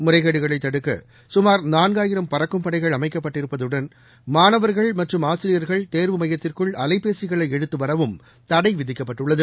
முறைகேடுகளைத் தடுக்க கமார் நான்காயிரம் பறக்கும் படைகள் அமைக்கப்பட்டிருப்பதுடன் மாணவர்கள் மற்றும் ஆசிரியர்கள் தேர்வு மையத்திற்குள் அலைபேசிகளை எடுத்து வரவும் தடை விதிக்கப்பட்டுள்ளது